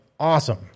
awesome